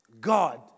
God